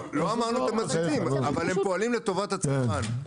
לא אמרנו שהם מפסידים אבל הם פועלים לטובת הצרכן.